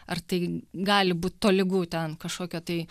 ar tai gali būt tolygu ten kažkokio tai